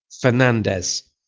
Fernandez